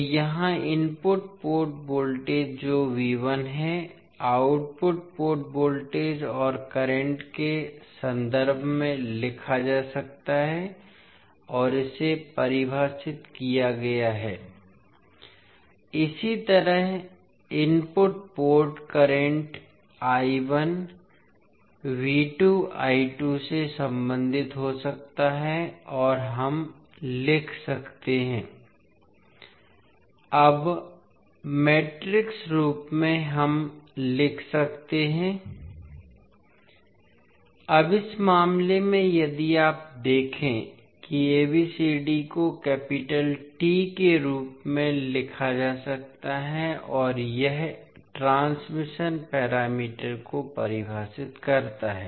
तो यहाँ input port voltage जो है आउटपुट पोर्ट वोल्टेज और करंट के संदर्भ में लिखा जा सकता है और इसे परिभाषित किया गया है इसी तरह इनपुट पोर्ट करंट से संबंधित हो सकता है और हम लिख सकते हैं अब मैट्रिक्स रूप में हम लिख सकते हैं अब इस मामले में यदि आप देखें कि ABCD को कैपिटल T के रूप में लिखा जा सकता है और यह ट्रांसमिशन पैरामीटर को परिभाषित करता है